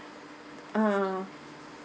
uh